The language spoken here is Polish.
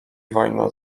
wojna